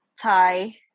Thai